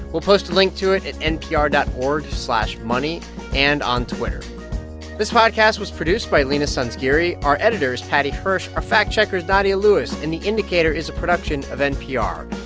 we'll post a link to it at npr dot org slash money and on twitter this podcast was produced by leena sanzgiri. our editor is paddy hirsch. our fact-checker is nadia lewis. and the indicator is a production of npr.